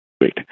Great